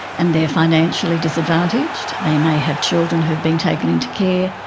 and they are financially disadvantaged, they may have children who have been taken into care,